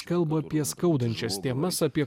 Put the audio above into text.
kalba apie skaudančias temas apie